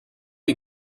you